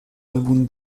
álbum